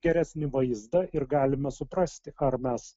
geresnį vaizdą ir galime suprasti ar mes